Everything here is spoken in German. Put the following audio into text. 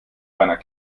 reiner